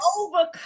overcome